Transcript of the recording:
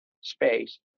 space